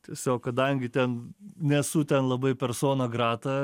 tiesiog kadangi ten nesu ten labai persona grata